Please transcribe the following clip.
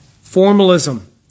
Formalism